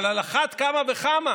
אבל על אחת כמה וכמה,